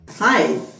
Hi